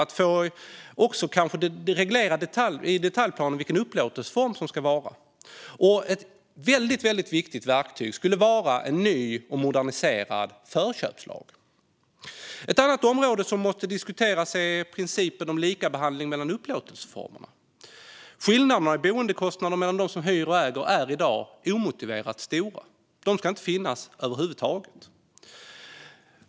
Kanske kan man få reglerat i detaljplanen vilken upplåtelseform det ska vara. Ett annat väldigt viktigt verktyg skulle vara en ny och moderniserad förköpslag. Ett annat område som måste diskuteras är principen om likabehandling mellan upplåtelseformerna. Skillnaderna i boendekostnader mellan dem som hyr och dem som äger är i dag omotiverat stora. De ska inte finnas över huvud taget.